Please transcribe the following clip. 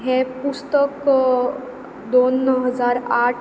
हें पुस्तक दोन हजार आठ